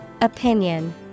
Opinion